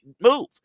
move